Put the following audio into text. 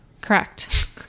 correct